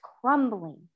crumbling